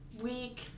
week